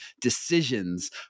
decisions